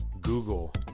Google